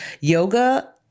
yoga